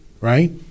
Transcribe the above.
right